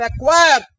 acquire